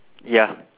ya